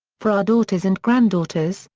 for our daughters and granddaughters,